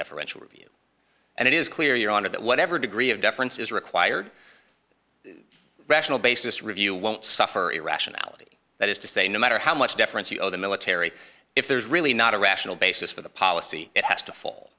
deferential review and it is clear your honor that whatever degree of deference is required rational basis review won't suffer irrationality that is to say no matter how much deference you owe the military if there's really not a rational basis for the policy it has to fall